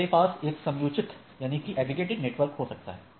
तब मेरे पास एक समुच्चयित नेटवर्क हो सकता है